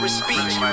speech